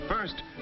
First